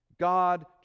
God